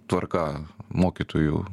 tvarka mokytojų